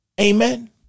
Amen